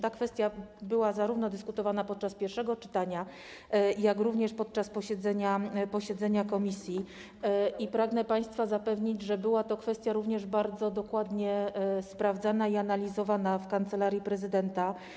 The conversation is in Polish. Ta kwestia była dyskutowana zarówno podczas pierwszego czytania, jak również podczas posiedzenia komisji i pragnę państwa zapewnić, że była to kwestia również bardzo dokładnie sprawdzana i analizowana w Kancelarii Prezydenta.